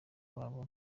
babo